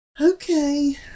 Okay